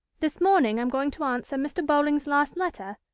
this morning i'm going to answer mr. bowling's last letter,